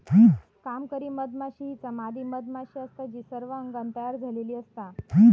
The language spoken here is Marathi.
कामकरी मधमाशी हीच मादी मधमाशी असता जी सर्व अंगान तयार झालेली असता